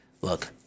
look